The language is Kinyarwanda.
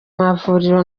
mavuriro